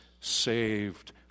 saved